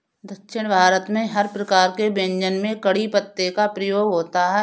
दक्षिण भारत में हर प्रकार के व्यंजन में कढ़ी पत्ते का प्रयोग होता है